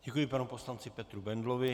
Děkuji panu poslanci Petru Bendlovi.